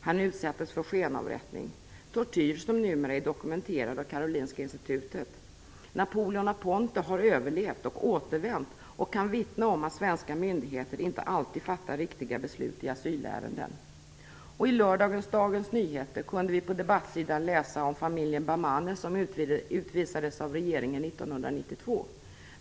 Han utsattes för skenavrättning. Tortyr som numera är dokumenterad av Karolinska institutet. Napoleon Aponte har överlevt och återvänt och kan vittna om att svenska myndigheter inte alltid fattar riktiga beslut i asylärenden. I lördagens Dagens Nyheter kunde vi på debattsidan läsa om familjen Bamane som utvisades av regeringen 1992.